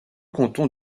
canton